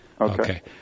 Okay